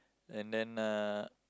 and then uh